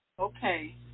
Okay